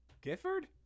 Gifford